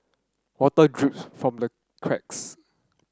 water drips from the cracks